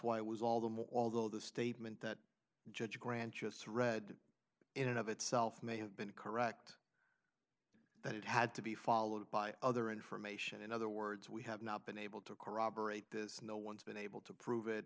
why it was all them although the statement that judge granted thread in and of itself may have been correct that it had to be followed by other information in other words we have not been able to corroborate this no one's been able to prove it